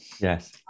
Yes